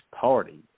party